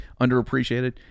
Underappreciated